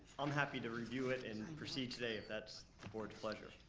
i'm happy to review it and proceed today if that's the board's pleasure.